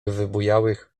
wybujałych